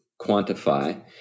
quantify